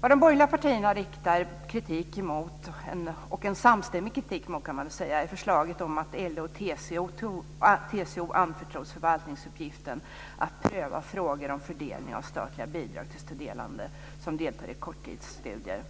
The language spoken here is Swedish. Vad de borgerliga partierna riktar en samstämmig kritik emot är förslaget om att LO och TCO anförtros förvaltningsuppgiften att pröva frågor om fördelning av statliga bidrag till studerande som deltar i korttidsstudier.